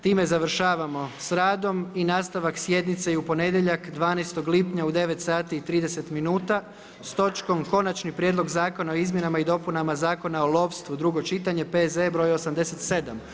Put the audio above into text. Time završavamo sa radom i nastavak sjednice je u ponedjeljak 12. lipnja u 9,30h s točkom Konačni prijedlog zakona o izmjenama i dopunama Zakona o lovstvu, drugo čitanje, P.Z. br. 87.